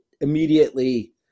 immediately